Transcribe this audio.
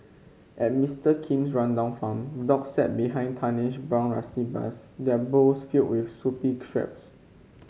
at Mister Kim's rundown farm dogs sat behind tarnished brown rusty bars their bowls filled with soupy